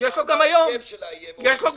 --- גם היום יש לו.